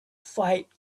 fight